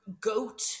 goat